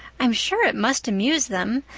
i'm sure it must amuse them.